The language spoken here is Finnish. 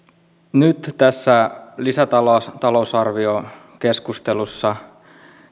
nyt kun tässä lisätalousarviokeskustelussa